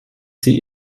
sie